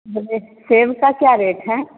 बोले सेब का क्या रेट है